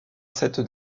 cette